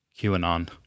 QAnon